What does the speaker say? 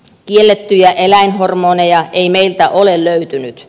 kiellettyjä eläinhormoneja ei meiltä ole löytynyt